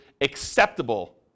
acceptable